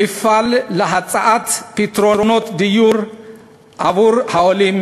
אפעל להצעת פתרונות דיור עבור העולים